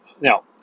now